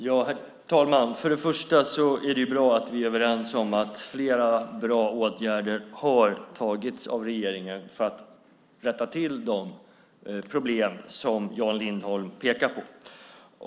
Herr talman! Det är bra att Jan Lindholm och jag är överens om att flera bra åtgärder har gjorts av regeringen för att rätta till de problem som han pekar på.